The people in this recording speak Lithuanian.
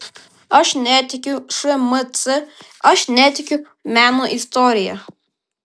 aš netikiu šmc aš netikiu meno istorija